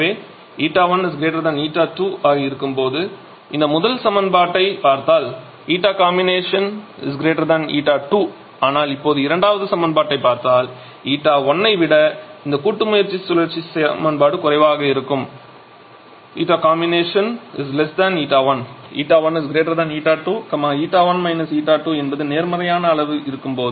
எனவே η 1 η2 இருக்கும் போது இந்த முதல் சமன்பாட்டை பார்த்தால் ηComb η2 ஆனால் இப்போது இரண்டாவது சமன்பாட்டை பாருங்கள் η1 ஐ விட இந்த கூட்டு சுழற்சி சமன்பாடு குறைவாகஇருக்கும் ηComb η1 η1 η2 η1 η2 என்பது நேர்மறையான அளவாக இருக்கும் போது